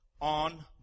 on